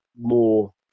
more